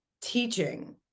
teaching